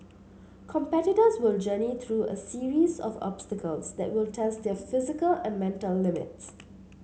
competitors will journey through a series of obstacles that will test their physical and mental limits